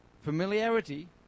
familiarity